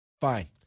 fine